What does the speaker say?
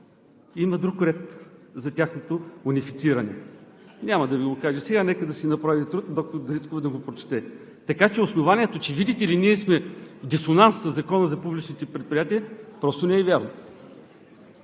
има друг ред за тяхното унифициране. Няма да Ви го кажа сега, нека да си направи труда доктор Дариткова да го прочете. Така че основанието, че, видите ли, ние сме в дисонанс със Закона за публичните предприятия, просто не е вярно.